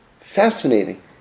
fascinating